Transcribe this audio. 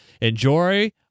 Enjoy